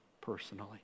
personally